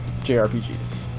JRPGs